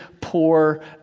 poor